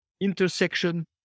intersection